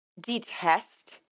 detest